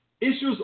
issues